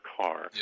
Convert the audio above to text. car